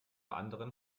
anderen